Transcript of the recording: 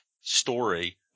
story